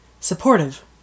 Supportive